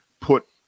put